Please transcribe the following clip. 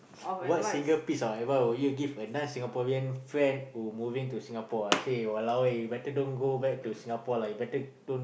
what single piece of advice would you give a non Singaporean friend who moving to Singapore I say !walao! eh you better don't go back to Singapore lah better don't